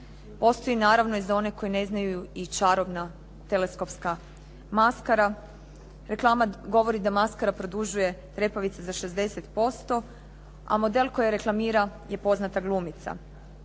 Postoji naravno i za one koji ne znaju i čarobna teleskopska maskara. Reklama govori da maskara produžuje trepavice za 60%, a model koji reklamira je poznata glumica.